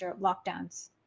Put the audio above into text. lockdowns